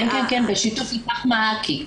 בשיתוף 'איתך-מעכי'.